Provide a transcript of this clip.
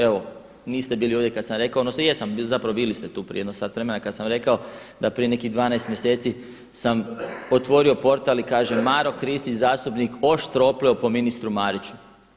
Evo, niste bili ovdje kada sam rekao, odnosno jesam, zapravo bili ste tu prije jedno sat vremena kada sam rekao da prije nekih 12 mjeseci sam otvorio portal i kaže Maro Kristić zastupnik oštro opleo po ministru Mariću.